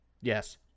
Yes